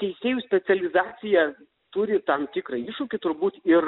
teisėjų specializacija turi tam tikrą iššūkį turbūt ir